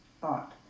thought